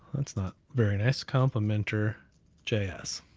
that's not very nice complimenter js.